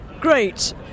great